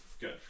good